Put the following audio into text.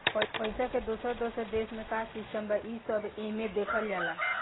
पइसा के दोसर दोसर देश मे का सिस्टम बा, ई सब एमे देखल जाला